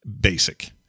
basic